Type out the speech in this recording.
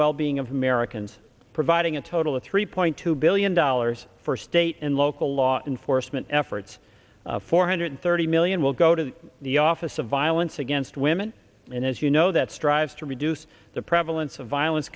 well being of americans providing a total of three point two billion dollars for state and local law enforcement efforts four hundred thirty million will go to the office of violence against women and as you know that strives to reduce the prevalence of violence